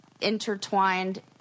intertwined